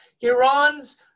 Iran's